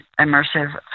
immersive